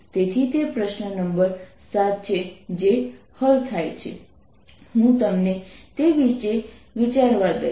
તો આ બીજા સવાલનો જવાબ છે